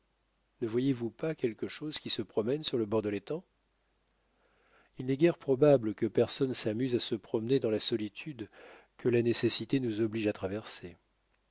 ne voyezvous pas quelque chose qui se promène sur le bord de l'étang il n'est guère probable que personne s'amuse à se promener dans la solitude que la nécessité nous oblige à traverser